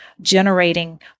generating